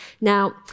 Now